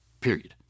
Period